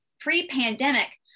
Pre-pandemic